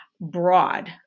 broad